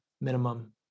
minimum